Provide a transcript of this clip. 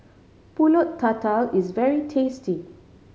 Pulut Tatal is very tasty